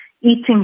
eating